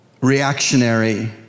reactionary